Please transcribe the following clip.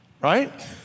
right